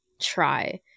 try –